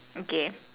okay